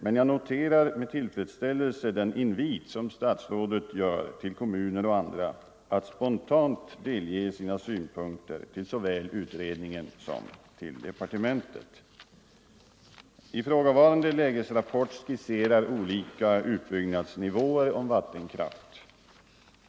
Men jag noterar med tillfredsställelse den invit som statsrådet ger kommuner och andra att spontant framföra sina synpunkter till såväl utredningen som till departementet. Ifrågavarande lägesrapport skisserar olika utbyggnadsnivåer i fråga om vattenkraft.